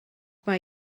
mae